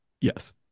Yes